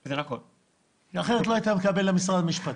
את לימודי עריכת הדין כי אחרת לא היית מתקבל למשרד המשפטים.